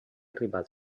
arribat